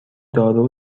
دارو